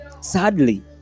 sadly